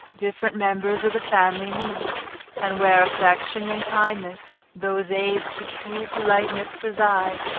different members of the family meet and where affection and kindness, those aids to true politeness, preside,